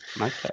Okay